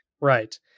Right